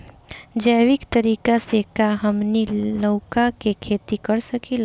जैविक तरीका से का हमनी लउका के खेती कर सकीला?